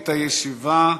את הישיבה.